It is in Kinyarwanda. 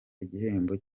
igihembo